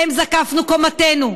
שבהן זקפנו קומתנו,